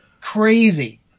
Crazy